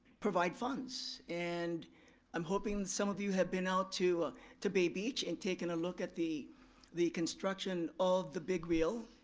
provide funds, and i'm hoping some of you have been out to ah to bay beach and taken a look at the the construction of the big wheel.